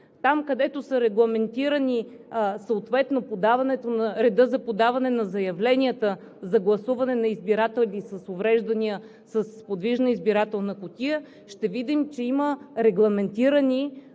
там, където е регламентиран съответно редът за подаване на заявленията за гласуване на избиратели с увреждания с подвижна избирателна кутия, ще видим, че има регламентирани